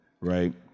right